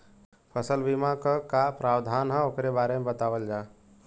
फसल बीमा क का प्रावधान हैं वोकरे बारे में बतावल जा?